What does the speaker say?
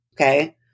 Okay